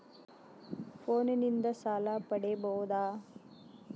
ಫೋನಿನಿಂದ ಸಾಲ ಪಡೇಬೋದ?